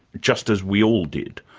just as we all did.